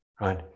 right